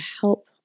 help